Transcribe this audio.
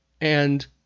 And-